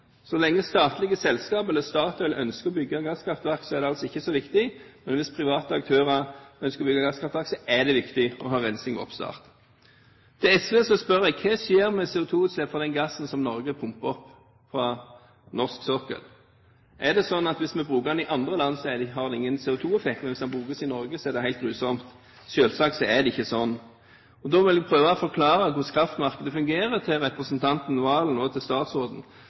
Så lenge statlige selskap, eller Statoil, ønsker å bygge gasskraftverk, er det ikke så viktig, mens hvis private aktører ønsker å bygge gasskraftverk, er det viktig å ha rensing ved oppstart. Til SV stiller jeg spørsmålet: Hva skjer med CO2-utslipp fra den gassen som Norge pumper fra norsk sokkel? Er det slik at hvis vi bruker den i andre land, har det ingen CO2-effekt, mens hvis den brukes i Norge, er det helt grusomt? Selvsagt er det ikke slik. Da vil jeg prøve å forklare representanten Serigstad Valen og statsråden hvordan kraftmarkedet fungerer.